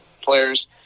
players